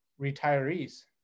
retirees